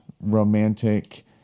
romantic